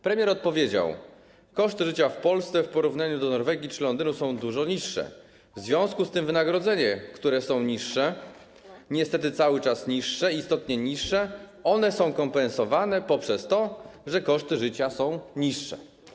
Premier odpowiedział: Koszty życia w Polsce w porównaniu do Norwegii czy Londynu są dużo niższe, w związku z tym wynagrodzenia, które są niższe, niestety cały czas niższe, istotnie niższe, one są kompensowane poprzez to, że koszty życia są niższe.